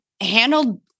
handled